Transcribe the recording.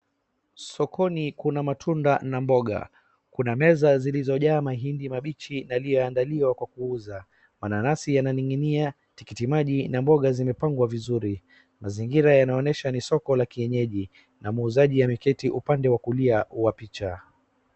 Sokoni kuna matunda na mboga. Kuna meza zilizo jaa mahindi mambichi yaliyoandaliwa kwa kuuza. Mananasi ya ning'inia, tikitimaji na mboga zimepangwa vizuri. Mazingira yanaonesha ni soko la kienyeji na mauzaji ameketi upande wakulia wa picha.